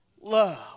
love